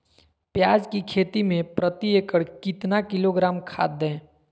प्याज की खेती में प्रति एकड़ कितना किलोग्राम खाद दे?